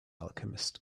alchemist